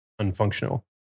unfunctional